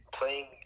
playing